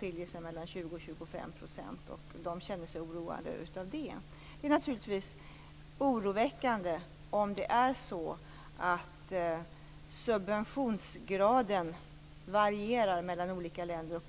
skiljer mellan 20 och 25 % mellan lönekostnaderna i Sverige och Danmark. Man känner sig oroad av detta. Det är naturligtvis oroväckande om det är så att subventionsgraden varierar mellan olika länder.